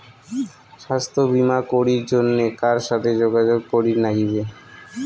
স্বাস্থ্য বিমা করির জন্যে কার সাথে যোগাযোগ করির নাগিবে?